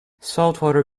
saltwater